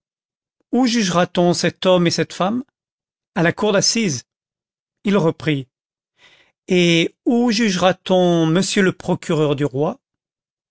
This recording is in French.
où jugera t on cet homme et cette femme à la cour d'assises il reprit et où jugera t on monsieur le procureur du roi